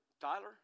Tyler